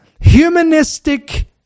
humanistic